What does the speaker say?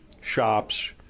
shops